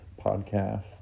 Podcast